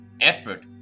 effort